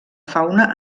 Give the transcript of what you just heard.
fauna